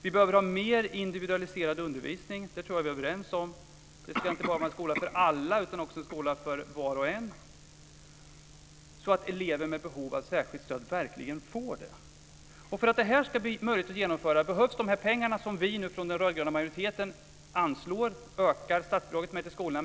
Vi behöver ha mer individualiserad undervisning - det tror jag vi är överens om. Det ska inte bara vara en skola för alla utan också en skola för var och en så att elever med behov av särskild stöd verkligen får det. För att detta ska bli möjligt att genomföra behövs de pengar som vi från den rödgröna majoriteten nu anslår och ökar statsbidraget till skolorna med.